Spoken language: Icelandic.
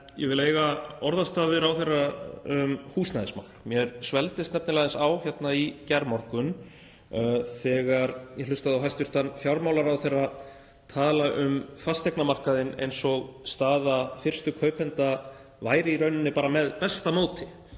Ég vil eiga orðastað við ráðherra um húsnæðismál. Mér svelgdist aðeins á í gærmorgun þegar ég hlustaði á hæstv. fjármálaráðherra tala um fasteignamarkaðinn eins og staða fyrstu kaupenda væri í rauninni með besta móti,